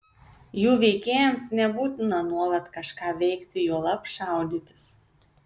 jų veikėjams nebūtina nuolat kažką veikti juolab šaudytis